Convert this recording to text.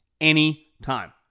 anytime